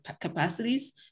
capacities